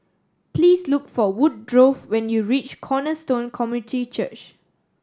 please look for Woodrow when you reach Cornerstone Community Church